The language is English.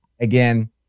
again